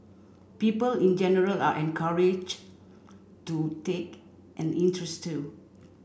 people in general are encouraged to take an interest too